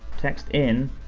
text in,